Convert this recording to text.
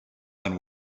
and